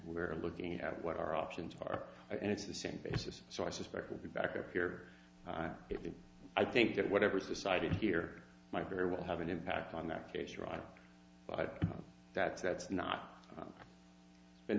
we're looking at what our options are and it's the same basis so i suspect we'll be back up here if i think that whatever is decided here might very well have an impact on that case trial but that's that's not been